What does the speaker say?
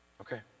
Okay